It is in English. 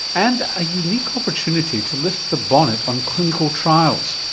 and a unique opportunity to lift the bonnet on clinical trials,